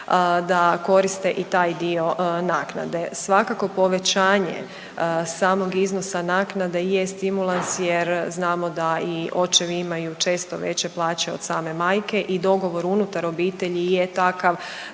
da koriste i taj dio naknade. Svakako povećanje samog iznosa naknade je stimulans jer znamo da i očevi imaju često veće plaće od same majke i dogovor unutar obitelji je takav